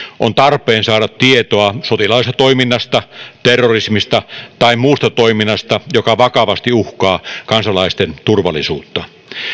on tarpeen saada tietoa sotilaallisesta toiminnasta terrorismista tai muusta toiminnasta joka vakavasti uhkaa kansalaisten turvallisuutta